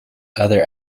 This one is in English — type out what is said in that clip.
other